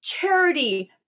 charity